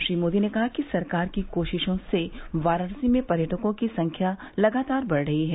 श्री मोदी ने कहा कि सरकार की कोशिशों से वाराणसी में पर्यटकों की संख्या लगातार बढ़ रही है